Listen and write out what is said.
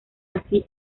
así